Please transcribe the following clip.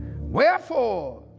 Wherefore